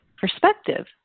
perspective